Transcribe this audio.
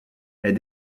est